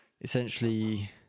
essentially